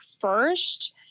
first